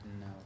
No